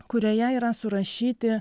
kurioje yra surašyti